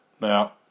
Now